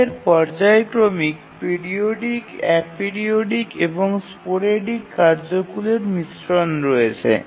আমাদের পর্যায়ক্রমিক periodic aperiodic এবং স্পোরেডিক কার্যগুলির মিশ্রণ রয়েছে